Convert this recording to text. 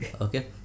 Okay